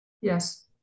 Yes